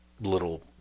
little